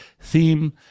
theme